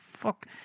fuck